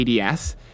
ADS